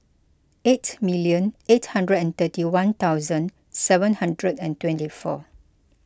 eight million eight hundred and thirty one thousand seven hundred and twenty four